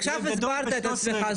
עכשיו הסברת את עצמך,